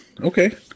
Okay